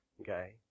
okay